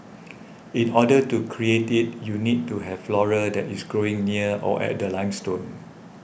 in order to create it you need to have flora that is growing near or at the limestone